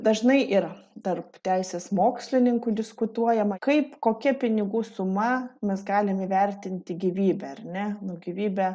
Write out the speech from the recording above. dažnai yra tarp teisės mokslininkų diskutuojama kaip kokia pinigų suma mes galim įvertinti gyvybę ar ne nu gyvybę